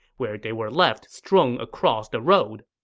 where they were left strewn across the road.